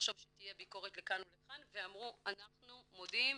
לחשוב שתהיה ביקורת לכאן ולכן ואמרו "אנחנו מודים,